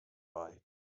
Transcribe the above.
bite